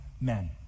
men